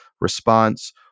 response